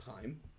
time